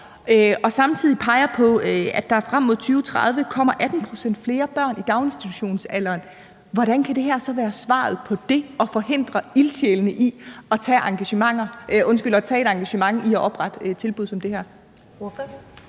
og samtidig peger på, at der frem mod 2030 kommer 18 pct. flere børn i daginstitutionsalderen, hvordan kan det her så være svaret på det, altså at forhindre ildsjælene i at engagere sig i at oprette tilbud som det her?